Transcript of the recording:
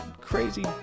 crazy